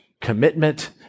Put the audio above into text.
commitment